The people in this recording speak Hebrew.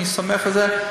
אני שמח על זה,